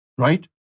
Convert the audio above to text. right